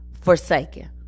forsaken